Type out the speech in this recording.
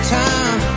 time